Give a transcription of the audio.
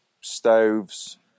stoves